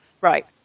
right